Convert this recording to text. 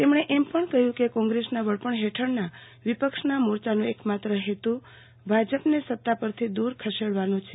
તેમણે એમ પણ કહ્યું કે કોંગ્રેસના વડપણ હેઠળના વિપક્ષના મોરચાનો એકમાત્ર હેતુ ભાજપને સત્તા પરથી દૂર ખસેડવાનો છે